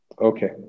Okay